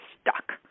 stuck